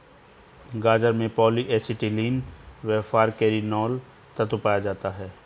गाजर में polyacetylene व फालकैरिनोल तत्व पाया जाता है